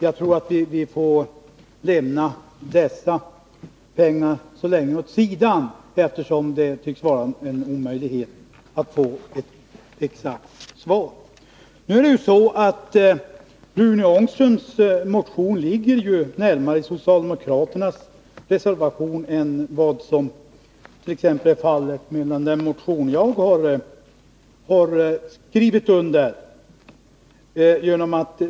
Jag tror att vi får lämna den saken åt sidan så länge, eftersom det tycks vara en omöjlighet att få ett exakt svar. Rune Ångströms motion ligger ju närmare socialdemokraternas reservation än t.ex. den motion som jag har undertecknat gör.